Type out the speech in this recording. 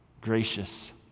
gracious